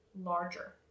larger